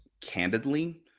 candidly